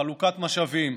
חלוקת משאבים,